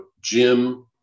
Jim